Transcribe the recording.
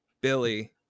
Billy